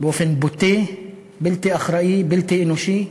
באופן בוטה, בלתי אחראי, בלתי אנושי.